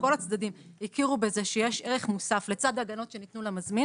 שכל הצדדים הכירו בזה שיש ערך מוסף לצד ההגנות שניתנו למזמין